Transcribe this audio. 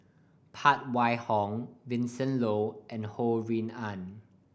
Phan Wait Hong Vincent Leow and Ho Rui An